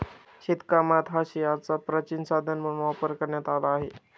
शेतीकामात हांशियाचा प्राचीन साधन म्हणून वापर करण्यात आला आहे